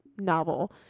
novel